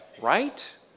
right